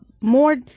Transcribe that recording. more